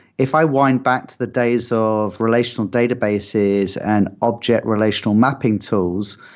if i wind back to the days of relational databases and object relational mapping tools,